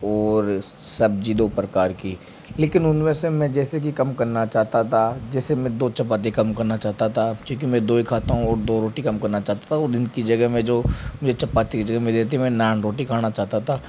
और सब्जी दो प्रकार की लेकिन उनमें से मैं जैसे की कम करना चाहता था जैसे मैं दो चपाती कम करना चाहता था क्योंकि मैं दो ही खाता हूँ और दो रोटी कम करना चाहता था और इनकी जगह में जो मुझे चपाती की जगह मुझे थी मैं नान रोटी खाना चाहता था